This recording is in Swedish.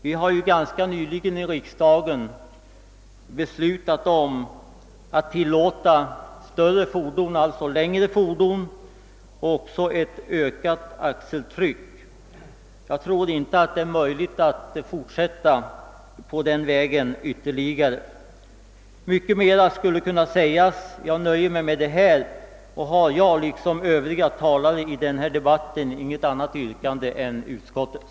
Vi har ju ganska nyligen i riksdagen beslutat om att tillåta större fordon — alltså längre fordon — men också ett ökat axeltryck. Det är nog inte möjligt att fortsätta ytterligare på den vägen. Mycket mera skulle kunna sägas. Jag nöjer mig med detta och har liksom övriga talare i denna debatt inte något annat yrkande än bifall till utskottet.